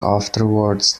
afterwards